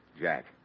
Jack